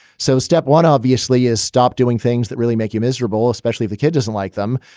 so step one, obviously, is stop doing things that really make you miserable, especially if the kid doesn't like them.